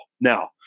Now